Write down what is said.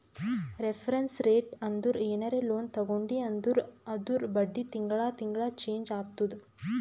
reference rate ಅಂದುರ್ ಏನರೇ loan ತಗೊಂಡಿ ಅಂದುರ್ ಅದೂರ್ ಬಡ್ಡಿ ತಿಂಗಳಾ ತಿಂಗಳಾ ಚೆಂಜ್ ಆತ್ತುದ